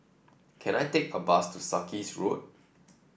can I take a bus to Sarkies Road